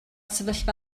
sefyllfa